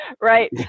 right